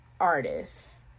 artists